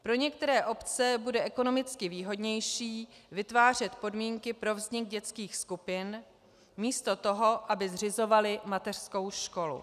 Pro některé obce bude ekonomicky výhodnější vytvářet podmínky pro vznik dětských skupin místo toho, aby zřizovaly mateřskou školu.